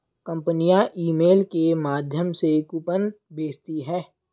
कंपनियां ईमेल के माध्यम से कूपन भेजती है